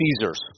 Caesars